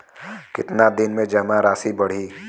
कितना दिन में जमा राशि बढ़ी?